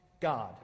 God